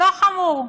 לא חמור.